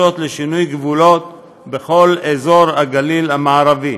הבקשות לשינוי גבולות בכל אזור הגליל המערבי.